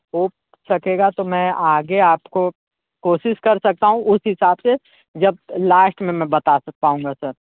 हो सकेगा तो मैं आगे आपको कोशिश कर सकता हूँ उस हिसाब से जब लास्ट में मैं बता सकता हूँगा मैं सर